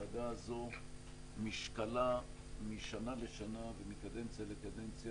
משקלה של הוועדה הזו הולך ועולה משנה לשנה ומקדנציה לקדנציה.